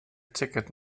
ticket